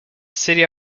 city